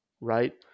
Right